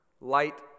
light